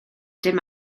dim